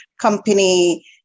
company